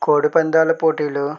కోడి పందాల పోటీలు